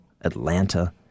Atlanta